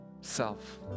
self